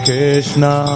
Krishna